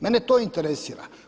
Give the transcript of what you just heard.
Mene to interesira.